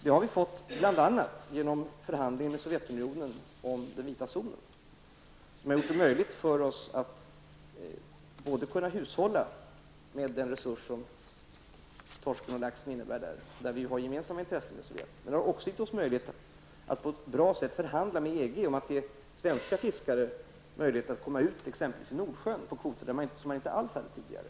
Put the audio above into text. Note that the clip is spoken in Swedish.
Det har vi fått bl.a. genom förhandlingar med Sovjetunionen om den vita zonen. Detta har gjort det möjligt för oss både att hushålla med den resurs som torsken och laxen där utgör -- detta är ett intresse som vi har gemensamt med Sovjet -- och att på ett bra sätt kunna förhandla med EG om att svenska fiskare skall ges möjlighet att komma ut exempelvis i Nordsjön på kvoter som man inte alls hade tidigare.